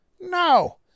No